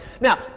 Now